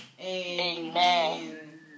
Amen